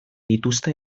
dituzte